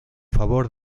favor